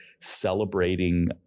celebrating